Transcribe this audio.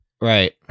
Right